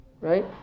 right